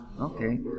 Okay